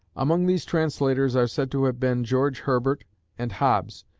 among these translators are said to have been george herbert and hobbes,